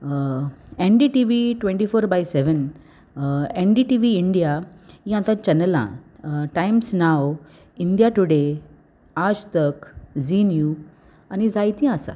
N D T V twenty four by seven N D T V India ही आतां चॅनलां Times नाव India today Aaj Tak Zee news आनी जायतीं आसा